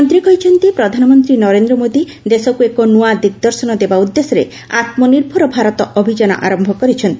ମନ୍ତ୍ରୀ କହିଛନ୍ତି ପ୍ରଧାନମନ୍ତ୍ରୀ ନରେନ୍ଦ୍ର ମୋଦୀ ଦେଶକୁ ଏକ ନୂଆ ଦିଗ୍ଦର୍ଶନ ଦେବା ଉଦ୍ଦେଶ୍ୟରେ ଆତ୍ମନିର୍ଭର ଭାରତ ଅଭିଯାନ ଆରମ୍ଭ କରିଛନ୍ତି